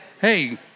hey